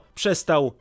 przestał